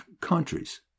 countries